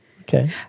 Okay